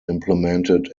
implemented